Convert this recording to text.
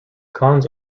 cons